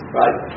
right